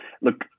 look